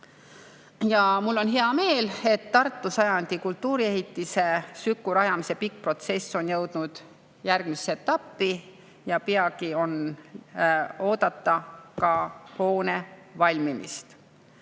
Mul on hea meel, et Tartu sajandi kultuuriehitise SÜKU rajamise pikk protsess on jõudnud järgmisse etappi ja peagi on oodata ka hoone valmimist.